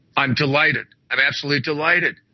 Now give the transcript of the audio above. i'm delighted. i'm actually delighted!